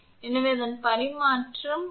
எனவே அதன் பரிமாணம் is